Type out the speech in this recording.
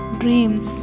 dreams